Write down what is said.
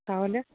তাহলে